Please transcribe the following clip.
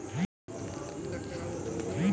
কোন মাটির জল ধারণ ক্ষমতা কম?